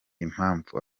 impamvu